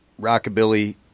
rockabilly